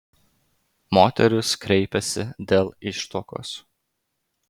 moteris kreipėsi dėl ištuokos